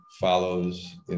follows